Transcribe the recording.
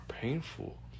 painful